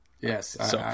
Yes